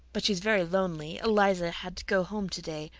but she's very lonely. eliza had to go home today.